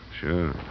sure